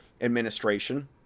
administration